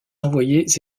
envoyés